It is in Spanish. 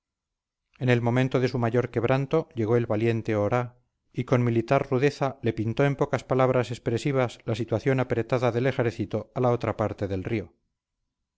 en el momento de su mayor quebranto llegó el valiente oraa y con militar rudeza le pintó en pocas palabras expresivas la situación apretada del ejército a la otra parte del río